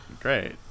great